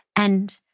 and,